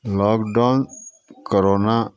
lockdown corona